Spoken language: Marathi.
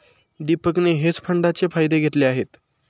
दीपकने हेज फंडाचे फायदे घेतले आहेत